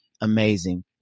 amazing